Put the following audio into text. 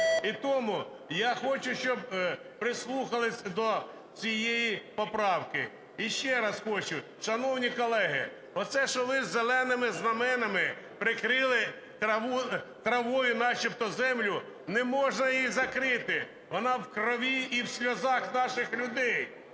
І тому я хочу, щоб прислухались до цієї поправки. І ще раз хочу, шановні колеги, оце, що ви зеленими знаменами прикрили травою начебто землю, – не можна її закрити, вона в крові і в сльозах наших людей.